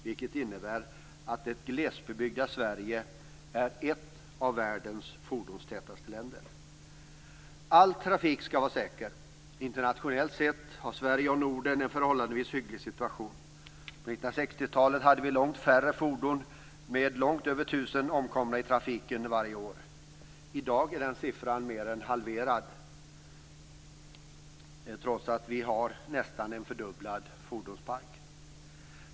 Det innebär att det glesbebyggda Sverige är ett av världens fordonstätaste länder! All trafik skall vara säker. Internationellt sett har Sverige och Norden en förhållandevis hygglig situation. På 1960-talet hade vi med långt färre fordon långt över 1 000 omkomna i trafiken varje år. I dag är den siffran mer än halverad, trots att vi har en nästan fördubblad fordonspark.